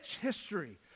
history